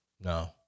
no